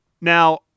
Now